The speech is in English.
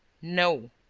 no.